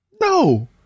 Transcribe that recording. No